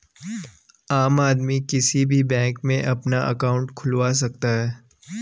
आम आदमी किसी भी बैंक में अपना अंकाउट खुलवा सकता है